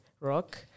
Rock